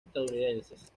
estadounidenses